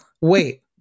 Wait